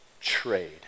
trade